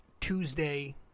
Tuesday